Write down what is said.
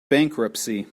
bankruptcy